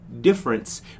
difference